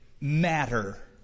matter